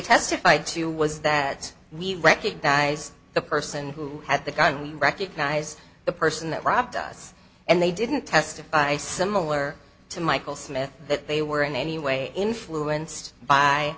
testified to was that we recognized the person who had the gun we recognize the person that robbed us and they didn't testify similar to michael smith that they were in any way influenced by